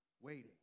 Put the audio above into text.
waiting